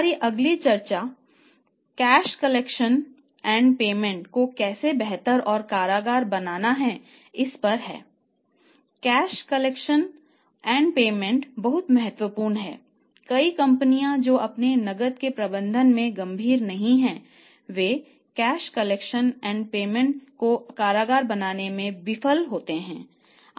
हमारी अगली चर्चा कैश कलेक्शन एंड पेमेंट तंत्र को कारगर बनाने में विफल होते हैं